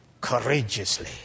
courageously